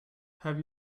have